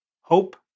Hope